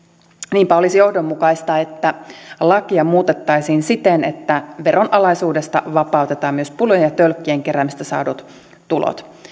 niinpä olisi johdonmukaista että lakia muutettaisiin siten että veronalaisuudesta vapautetaan myös pullojen ja tölkkien keräämisestä saadut tulot